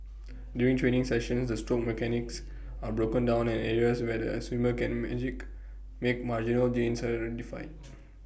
during training sessions the stroke mechanics are broken down and areas where the swimmer can magic make marginal gains are identified